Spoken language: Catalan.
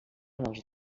dels